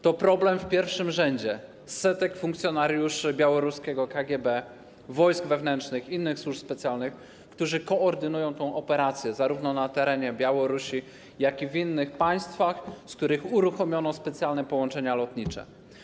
To problem w pierwszym rzędzie setek funkcjonariuszy białoruskiego KGB, wojsk wewnętrznych, innych służb specjalnych, którzy koordynują tę operację zarówno na terenie Białorusi, jak i w innych państwach, z których uruchomiono specjalne połączenia lotnicze.